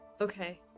okay